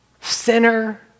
Sinner